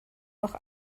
noch